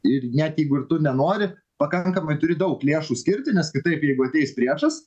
ir net jeigu ir tu nenori pakankamai turi daug lėšų skirti nes kitaip jeigu ateis priešas